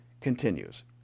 continues